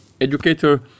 educator